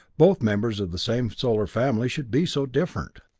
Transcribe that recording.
both members of the same solar family, should be so different.